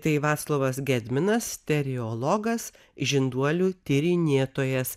tai vaclovas gedminas teriologas žinduolių tyrinėtojas